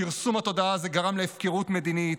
כרסום התודעה הזה גרם להפקרות מדינית.